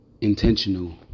intentional